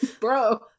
bro